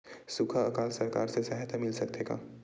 सुखा अकाल सरकार से सहायता मिल सकथे का?